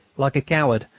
like a coward,